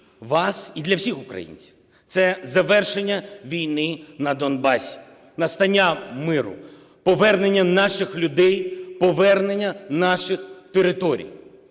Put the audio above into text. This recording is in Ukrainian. вас і для всіх українців, - це завершення війни на Донбасі, настання миру, повернення наших людей, повернення наших територій.